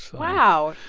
wow.